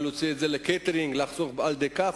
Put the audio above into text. להוציא את זה לקייטרינג ולחסוך על-ידי כך,